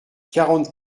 quarante